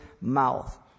mouth